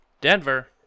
Denver